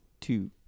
two